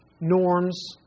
norms